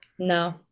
No